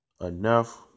enough